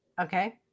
okay